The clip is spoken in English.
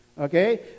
okay